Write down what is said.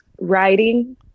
Writing